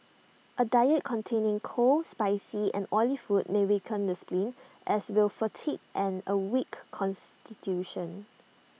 A diet containing cold spicy and oily food may weaken the spleen as will fatigue and A weak Constitution